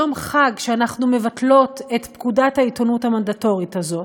יום חג שאנחנו מבטלות את פקודת העיתונות המנדטורית הזאת,